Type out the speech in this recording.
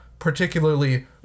particularly